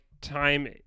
time